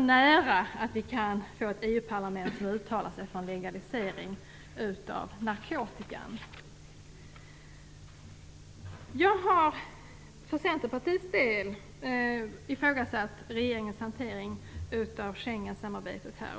nära att få EU parlamentet att uttala sig för en legalisering av narkotikan. Jag har för Centerpartiets del ifrågasatt regeringens hantering av Schengensamarbetet här.